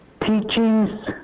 teachings